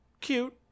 Cute